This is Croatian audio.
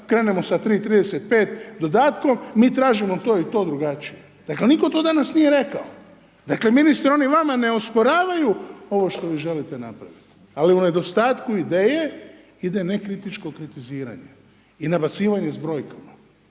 krenemo sa 3,35 dodatkom, mi tražimo to i to drugačije. Dakle nitko to danas nije rekao, dakle ministre, oni vama ne osporavaju ovo što vi želite napraviti. Ali u nedostatku ideje, ide nekritičko kritiziranje i nabacivanje s brojkama